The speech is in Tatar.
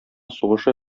сугышы